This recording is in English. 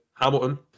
Hamilton